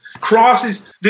crosses